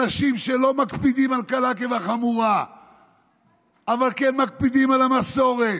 אנשים שלא מקפידים קלה כבחמורה אבל כן מקפידים על המסורת.